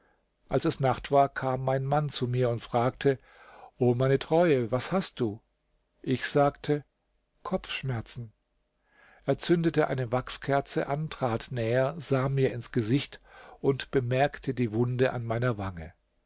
als es nacht war kam mein mann zu mir und fragte o meine treue was hast du ich sagte kopfschmerzen er zündete eine wachskerze an trat näher sah mir ins gesicht und bemerkte die wunde an meiner wange